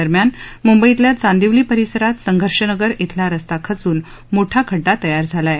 दरम्यान मुंबईतल्या चांदिवली परिसरात संघर्षनगर शिला रस्ता खचून मोठा खड्डा तयार झाला आहे